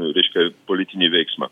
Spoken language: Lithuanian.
reiškia politinį veiksmą